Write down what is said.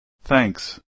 thanks